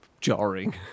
jarring